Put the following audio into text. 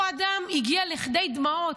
אותו אדם הגיע לכדי דמעות,